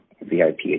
VIP